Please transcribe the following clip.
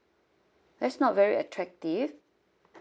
that's not very attractive